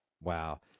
Wow